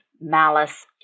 malice